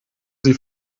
sie